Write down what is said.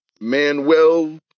Manuel